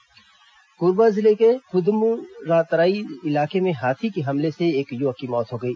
हाथी हमला कोरबा जिले के कुदमुरातराई इलाके में हाथी के हमले में एक युवक की मौत हो गई